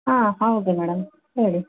ಹಾಂ ಹೌದು ಮೇಡಮ್ ಹೇಳಿ